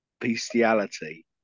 Bestiality